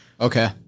okay